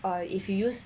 or if you use